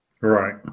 Right